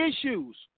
issues